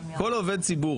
כל עובד ציבור,